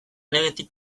legetik